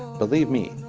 believe me,